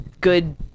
good